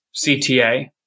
CTA